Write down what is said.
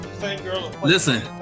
Listen